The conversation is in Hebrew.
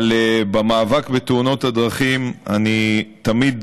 אבל במאבק בתאונות הדרכים אני תמיד